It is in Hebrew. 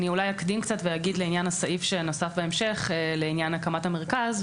אני אולי אקדים קצת ואגיד לעניין הסעיף שנוסף בהמשך לעניין הקמת המרכז,